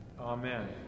Amen